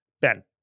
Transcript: Ben